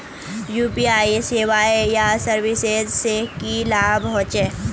UPI सेवाएँ या services से की लाभ होचे?